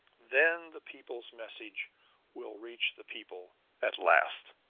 then the people's message will reach the people at last.